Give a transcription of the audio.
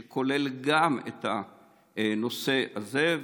החוץ והביטחון שכוללת גם את הנושא הזה,